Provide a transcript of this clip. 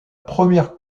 première